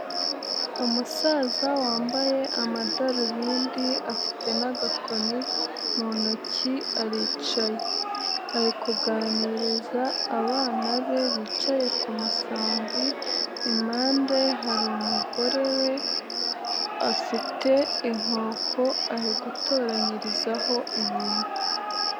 Umusaza wambaye amadarubindi afite n'agakoni mu ntoki aricaye, ari kuganiriza abana be bicaye ku musambi, impande hari umugore we afite inkoko ari gutoranyirizaho ibintu.